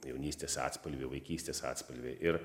jaunystės atspalviai vaikystės atspalviai ir